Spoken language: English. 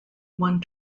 one